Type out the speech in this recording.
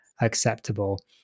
acceptable